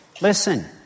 Listen